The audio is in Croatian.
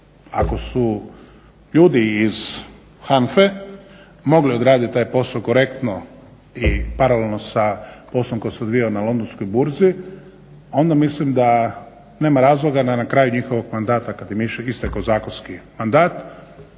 ako su ljudi iz HANFA-e mogli odraditi taj posao korektno i paralelno sa poslom koji se odvijao na Londonskoj burzi onda mislim da nema razloga da na kraju njihovog mandata kad im je istekao zakonski mandat,